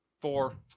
Four